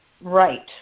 Right